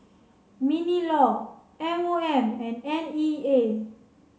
MINLAW M O M and N E A